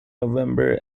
november